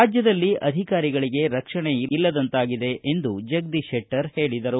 ರಾಜ್ಯದಲ್ಲಿ ಅಧಿಕಾರಿಗಳಿಗೆ ರಕ್ಷಣೆ ಇಲ್ಲದಂತಾಗಿದೆ ಎಂದು ಜಗದೀಶ ಶೆಟ್ಟರ್ ಹೇಳಿದರು